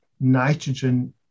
nitrogen